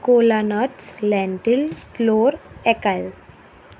cola nuts lentil floor acai